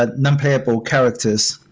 ah non-playable characters.